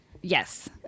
Yes